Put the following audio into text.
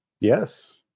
Yes